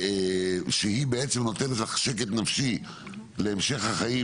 שהיא בעצם נותנת לך שקט נפשי להמשך החיים,